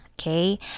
okay